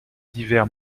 divers